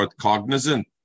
Cognizant